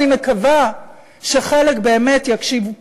אני מקווה שחלק באמת יקשיבו פחות.